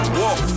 walk